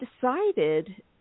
decided